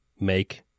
make